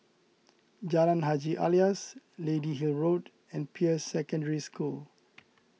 Jalan Haji Alias Lady Hill Road and Peirce Secondary School